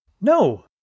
no